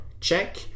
check